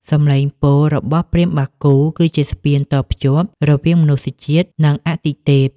សំឡេងពោលរបស់ព្រាហ្មណ៍បាគូ គឺជាស្ពានតភ្ជាប់រវាងមនុស្សជាតិ និងអាទិទេព។